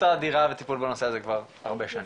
האדירה וטיפול בנושא הזה כבר הרבה שנים.